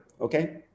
okay